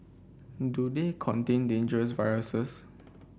do they contain dangerous viruses